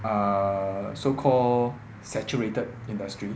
err so call saturated industry